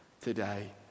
today